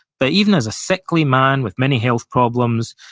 but even as a sickly man with many health problems,